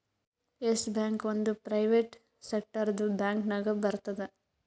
S Bank ಒಂದ್ private ಸೆಕ್ಟರ್ದು bank ನಾಗ್ ಬರ್ತುದ್